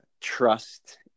trust